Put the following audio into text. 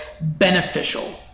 beneficial